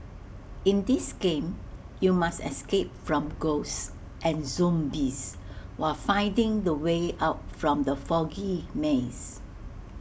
in this game you must escape from ghosts and zombies while finding the way out from the foggy maze